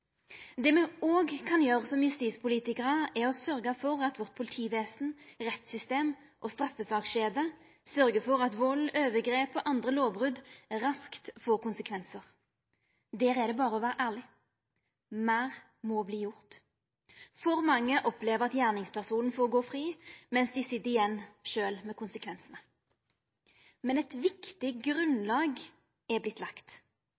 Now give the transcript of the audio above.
Det me òg kan gjera som justispolitikarar er å sjå til at vårt politivesen, rettssystem og vår straffesakskjede sørgjer for at vald, overgrep og andre lovbrot raskt får konsekvensar. Der er det berre å vera ærleg, meir må verta gjort. For mange opplever at gjerningspersonen får gå fri, mens dei sit igjen sjølve med konsekvensane. Men eit viktig grunnlag er vorte lagt.